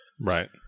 Right